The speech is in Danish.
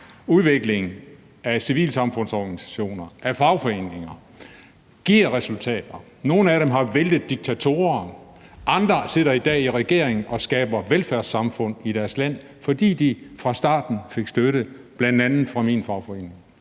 udvikling af civilsamfundsorganisationer og fagforeninger har givet resultater. Nogle af organisationerne har væltet diktatorer, andre sidder i dag i regering og skaber velfærdssamfund i deres land, fordi de fra starten fik støtte bl.a. fra min fagforening.